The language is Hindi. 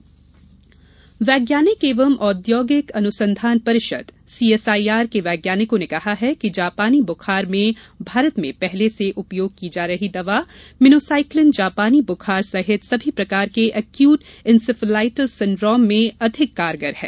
जापानी बुखार वैज्ञानिक एवं औद्योगिक अनुसंधान परिषद सीएसआईआर के वैज्ञानिकों ने कहा है कि जापानी ब्खार में भारत में पहले से उपयोग की जा रही दवा मीनोसाइक्लिन जापानी बुखार सहित सभी प्रकार के अक्यूट इंसेफलाइटिस सिंड्रोम में अधिक कारगर है